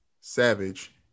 Savage